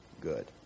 good